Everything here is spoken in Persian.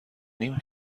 نیم